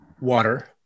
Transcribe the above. water